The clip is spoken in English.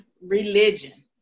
religion